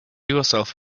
yourself